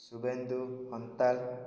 Subhendu Hantal